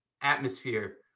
atmosphere